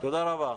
תודה רבה.